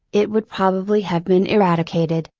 it would probably have been eradicated,